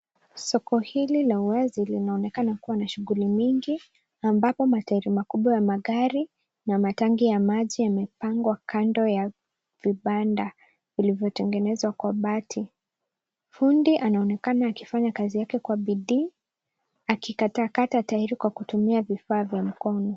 Soko hili la uwazi linaonekana kuwa na shughuli nyingi ambapo matairi makubwa ya magari na matanki ya maji yamepangwa kando ya vibanda vilivyotengenezwa kwa bati, fundi anaonekana akifanya kazi yake kwa bidii akikatakata tairi kwa kutumia vifaa vya mkono.